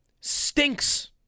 stinks